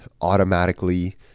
automatically